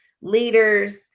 leaders